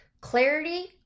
clarity